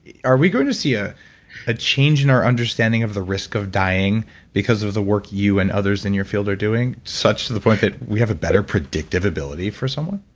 are we going to see ah a change in our understanding of the risk of dying because of of the work and others in your field are doing? such to the point that we have a better predictive ability for someone?